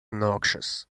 noxious